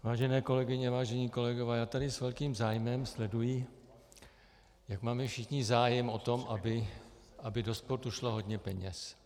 Vážené kolegyně, vážení kolegové, já tady s velkým zájmem sleduji, jak máme všichni zájem na tom, aby do sportu šlo hodně peněz.